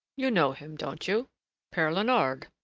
you know him, don't you pere leonard?